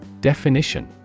Definition